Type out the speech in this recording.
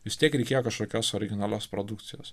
vis tiek reikėjo kažkokios originalios produkcijos